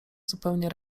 zupełnie